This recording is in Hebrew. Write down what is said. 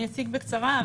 אני אציג בקצרה,